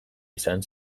izan